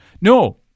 No